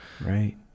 Right